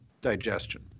digestion